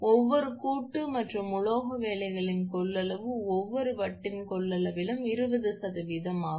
ஒவ்வொரு கூட்டு மற்றும் உலோக வேலைகளின் கொள்ளளவு ஒவ்வொரு வட்டின் கொள்ளளவிலும் 20 ஆகும்